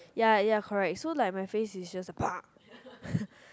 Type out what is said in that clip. ya ya correct so like my face is just